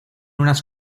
unas